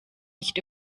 nicht